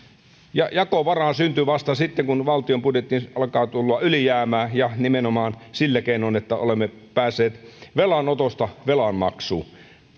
ja jakovaraa syntyy vasta sitten kun valtion budjettiin alkaa tulla ylijäämää ja nimenomaan sillä keinoin että olemme päässeet velanotosta velanmaksuun